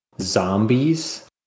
zombies